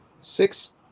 six